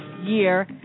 year